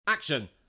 Action